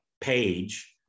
page